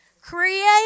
create